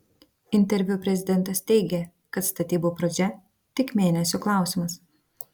interviu prezidentas teigė kad statybų pradžia tik mėnesių klausimas